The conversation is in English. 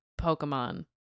Pokemon